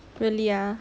really ah